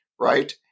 right